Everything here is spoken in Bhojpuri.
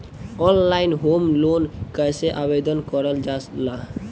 ऑनलाइन होम लोन कैसे आवेदन करल जा ला?